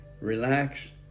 Relax